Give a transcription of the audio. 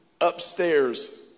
upstairs